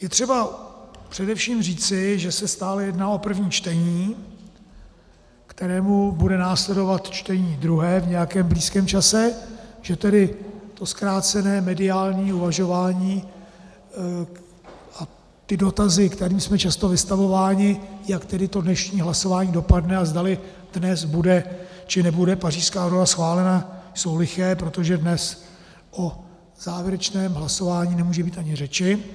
Je třeba především říci, že se stále jedná o první čtení, kterému bude následovat čtení druhé v nějakém blízkém čase, že tedy to zkrácené mediální uvažování a ty dotazy, kterým jsme často vystavováni, jak tedy to dnešní hlasování dopadne a zdali dnes bude, či nebude Pařížská dohoda schválena, jsou liché, protože dnes o závěrečném hlasování nemůže být ani řeči.